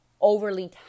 overly